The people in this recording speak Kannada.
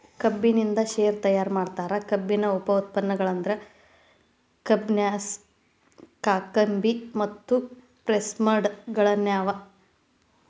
ಕಬ್ಬಿನಿಂದ ಶೇರೆ ತಯಾರ್ ಮಾಡ್ತಾರ, ಕಬ್ಬಿನ ಉಪ ಉತ್ಪನ್ನಗಳಂದ್ರ ಬಗ್ಯಾಸ್, ಕಾಕಂಬಿ ಮತ್ತು ಪ್ರೆಸ್ಮಡ್ ಗಳಗ್ಯಾವ